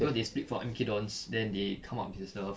cause they split from M_K dons then they come out themselves